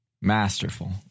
Masterful